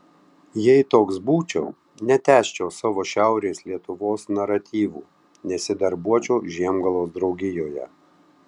jei toks būčiau netęsčiau savo šiaurės lietuvos naratyvų nesidarbuočiau žiemgalos draugijoje